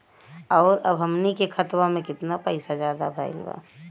और अब हमनी के खतावा में कितना पैसा ज्यादा भईल बा?